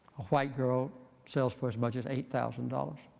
a white girl sells for as much as eight thousand dollars.